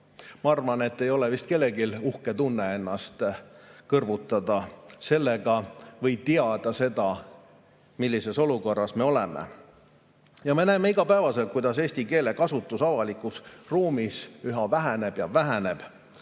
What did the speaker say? Ma arvan, et ei ole vist kellelgi uhke tunne ennast kõrvutada selle riigiga või teada seda, millises olukorras me oleme.Me näeme igapäevaselt, kuidas eesti keele kasutus avalikus ruumis üha väheneb ja väheneb,